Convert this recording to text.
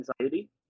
anxiety